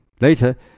Later